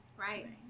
Right